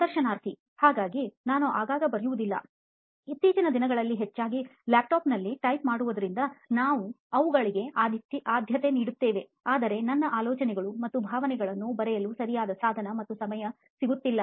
ಸಂದರ್ಶನಾರ್ಥಿ ಹಾಗಾಗಿ ನಾನು ಆಗಾಗ ಬರೆಯುವುದಿಲ್ಲ ಇತ್ತೀಚಿನ ದಿನಗಳಲ್ಲಿ ಹೆಚ್ಚಾಗಿ ಲ್ಯಾಪ್ಟಾಪ್ನಲ್ಲಿ ಟೈಪ್ ಮಾಡುವದರಿಂದ ನಾವು ಅವುಗಳಿಗೆ ಆದ್ಯತೆ ನೀಡುತ್ತೇವೆ ಆದರೆ ನನ್ನ ಆಲೋಚನೆಗಳು ಮತ್ತು ಭಾವನೆಗಳನ್ನೂ ಬರೆಯಲು ಸರಿಯಾದ ಸಾಧನ ಮತ್ತು ಸಮಯ ಸಿಗುತ್ತಿಲ್ಲ